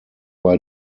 bei